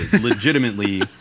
Legitimately